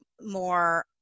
more